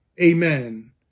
Amen